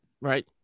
Right